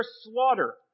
slaughter